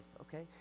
okay